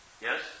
yes